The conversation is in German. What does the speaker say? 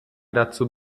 dazu